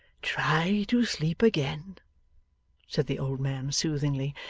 try to sleep again said the old man, soothingly.